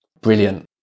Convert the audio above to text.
Brilliant